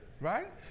right